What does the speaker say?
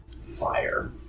fire